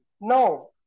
no